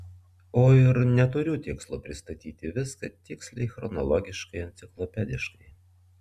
o ir neturiu tikslo pristatyti viską tiksliai chronologiškai enciklopediškai